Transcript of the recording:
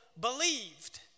believed